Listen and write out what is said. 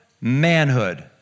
manhood